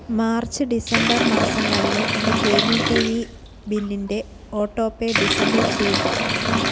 March December മാസങ്ങളിലെ എൻ്റെ cable T V ബില്ലിൻ്റെ ഓട്ടോപേ ഡിസബിൾ ചെയ്യുക